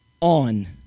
on